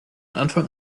anfang